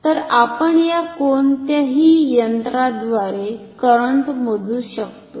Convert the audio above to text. तर आपण या कोणत्याही यंत्राद्वारे करंट मोजू शकतो